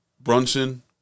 Brunson